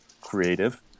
creative